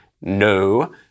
No